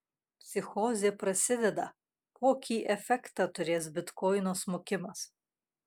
psichozė prasideda kokį efektą turės bitkoino smukimas